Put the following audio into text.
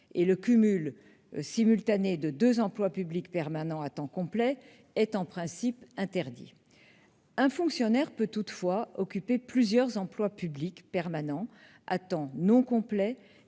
Le cumul simultané de deux emplois publics permanents à temps complet est, en principe, interdit. Un fonctionnaire peut toutefois occuper plusieurs emplois publics permanents à temps non complet,